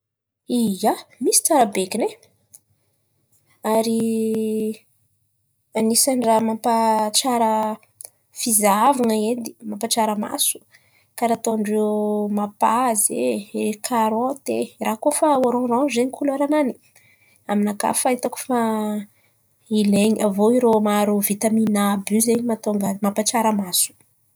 ia, misy tsara bekin̈y ai! Ary anisan'n̈y raha mampa tsara fizahavan̈a edy mampatsara maso, karà ataon̈y ery mapaza e, ery karôty e, raha koa fa orarangy zen̈y koleran̈any aminakà fa hitako fa ilain̈y. Avô irô maro vitamine A àby io zen̈y mahatônga mampatsara maso.